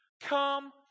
Come